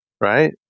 Right